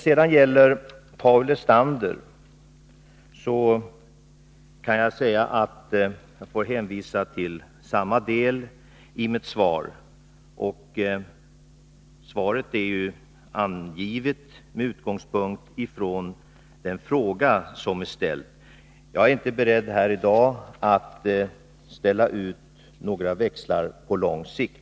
Paul Lestander får jag hänvisa till samma del i mitt svar. Svaret är givet med utgångspunkt i den fråga som är ställd. Jag är inte beredd att här i dag ställa ut några växlar på lång sikt.